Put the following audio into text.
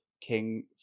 King